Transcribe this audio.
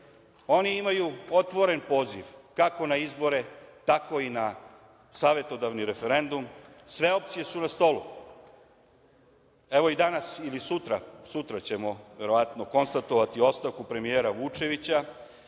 oni imaju otvoren poziv kako na izbore, tako i na savetodavni referendum, sve opcije su na stolu. Evo i danas ili sutra, sutra ćemo verovatno konstatovati ostavku premijera Vučevića,